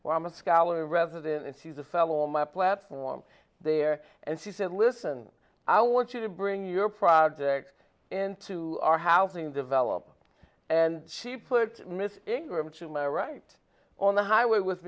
where i'm a scholar resident and she's a fellow in my platform there and she said listen i want you to bring your project into our housing development and she put ingram to my right on the highway with